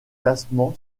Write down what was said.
classement